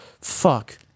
fuck